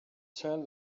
turn